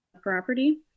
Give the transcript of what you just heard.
property